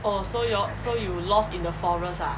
oh so you all so you lost in the forest ah